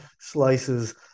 slices